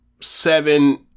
seven